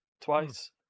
Twice